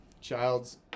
Child's